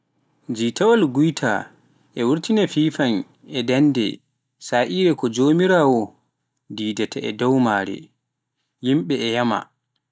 Jiita woni guitar e wurtina fiifaan e dannde, saa'iire ko joomiraawo diidata e dow maare, yimɓe e yama.